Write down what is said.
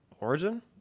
Origin